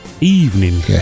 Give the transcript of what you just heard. evening